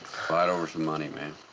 fight over some money, ma'am.